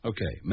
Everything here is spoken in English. Okay